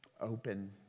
open